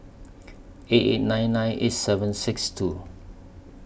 eight eight nine nine eight seven six two